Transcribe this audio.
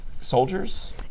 soldiers